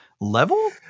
level